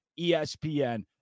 ESPN